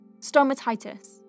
stomatitis